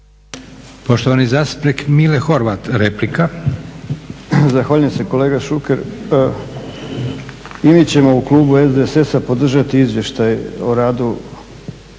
Horvat, replika. **Horvat, Mile (SDSS)** Zahvaljujem se. Kolega Šuker, i mi ćemo u klubu SDSS-a podržati Izvještaj o radu